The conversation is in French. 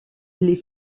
les